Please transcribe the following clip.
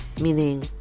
meaning